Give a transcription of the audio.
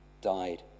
died